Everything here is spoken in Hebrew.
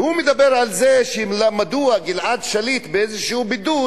והוא שואל מדוע גלעד שליט באיזשהו בידוד